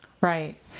Right